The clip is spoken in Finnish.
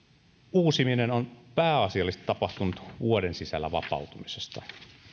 uusiminen on pääasiallisesti tapahtunut vuoden sisällä vapautumisesta